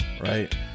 right